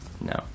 No